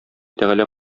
тәгалә